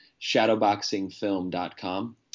shadowboxingfilm.com